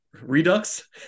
redux